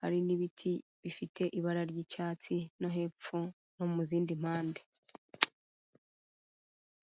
hari n'ibiti bifite ibara ry'icyatsi no hepfo no mu zindi mpande.